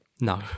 no